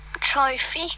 trophy